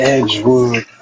Edgewood